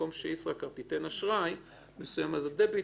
במקום שישראכרט ייתן אשראי מסוים אז הדביט